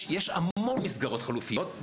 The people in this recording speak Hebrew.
יש המון מסגרות חלופיות,